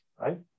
Right